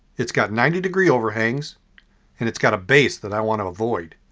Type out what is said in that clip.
it's got ninety degree overhangs and it's got a base that i want to avoid.